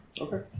Okay